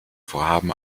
vorhaben